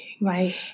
Right